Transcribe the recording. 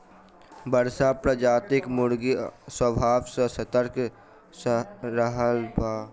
बसरा प्रजातिक मुर्गा स्वभाव सॅ सतर्क रहयबला होइत छै